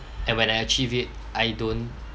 and when I achieve it I don't